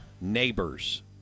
Neighbors